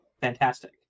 fantastic